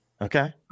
Okay